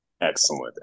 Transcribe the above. Excellent